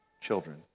children